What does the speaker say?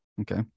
Okay